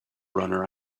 runner